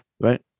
right